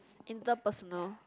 inter personal